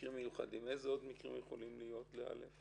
במקרים מיוחדים איזה עוד מקרים יכולים להיות ל-(א)?